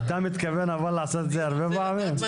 תודה.